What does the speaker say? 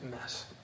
mess